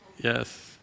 Yes